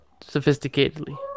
sophisticatedly